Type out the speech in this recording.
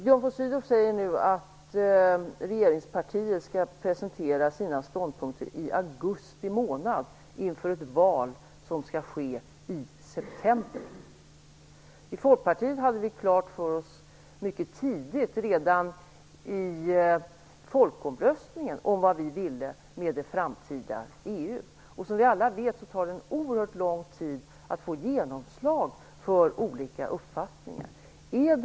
Björn von Sydow säger nu att regeringspartiet skall presentera sina ståndpunkter i augusti månad, inför ett val som skall ske i september. I Folkpartiet hade vi klart för oss mycket tidigt, redan vid folkomröstningen, vad vi ville med det framtida EU. Som vi alla vet tar det oerhört lång tid att få genomslag för olika uppfattningar.